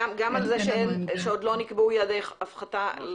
גם על זה שעוד לא נקבעו יעדי הפחתה,